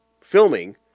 filming